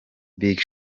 big